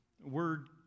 Word